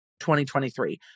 2023